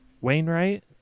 wainwright